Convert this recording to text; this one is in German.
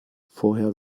vorher